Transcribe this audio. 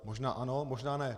Možná ano, možná ne.